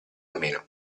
meno